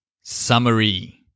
Summary